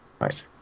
right